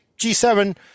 G7